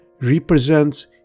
represents